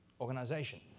organization